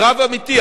קרב אמיתי.